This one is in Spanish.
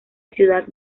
ciudad